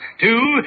Two